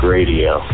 Radio